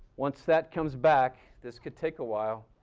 once that comes back, this could take a while,